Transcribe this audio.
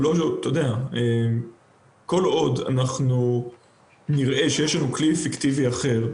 וכל עוד נראה שיש לנו כלי אפקטיבי אחר,